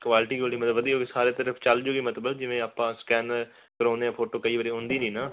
quality quality ਮਤਲਬ ਵਧੀਆ ਹੋਵੇਗੀ ਸਾਰੇ ਤਰਫ ਚੱਲ ਜਾਵੇਗੀ ਮਤਲਬ ਜਿਵੇਂ ਆਪਾਂ ਸਕੈਨ ਕਰਾਉਂਦੇ ਆ ਫੋਟੋ ਕਈ ਵਾਰੀ ਆਉਂਦੀ ਨਹੀਂ ਨਾ